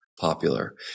popular